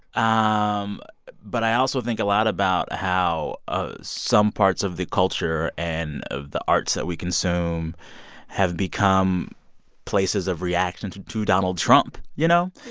um but i also think a lot about how ah some parts of the culture and the arts that we consume have become places of reactions to donald trump, you know?